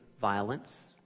violence